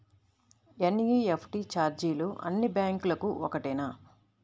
NEFT ఛార్జీలు అన్నీ బ్యాంక్లకూ ఒకటేనా?